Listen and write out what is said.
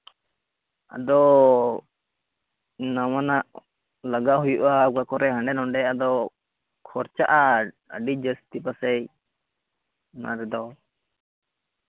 ᱟᱫᱚ ᱱᱟᱣᱟᱱᱟᱜ ᱞᱟᱜᱟᱣ ᱦᱩᱭᱩᱜᱼᱟ ᱚᱠᱟ ᱠᱚᱨᱮᱫ ᱦᱟᱸᱰᱮ ᱱᱟᱰᱮ ᱟᱫᱚ ᱠᱷᱚᱨᱪᱟᱜᱼᱟ ᱟᱹᱰᱤ ᱡᱟᱹᱥᱛᱤ ᱯᱟᱥᱮᱡ ᱚᱱᱟ ᱛᱮᱫᱚ